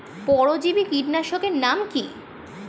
পরজীবী কীটনাশকের নাম কি?